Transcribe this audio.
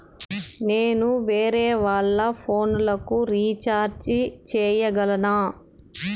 నేను వేరేవాళ్ల ఫోను లకు రీచార్జి సేయగలనా?